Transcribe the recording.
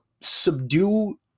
subdue